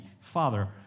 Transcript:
Father